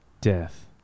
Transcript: death